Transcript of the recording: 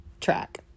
track